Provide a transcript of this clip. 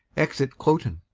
exit cloten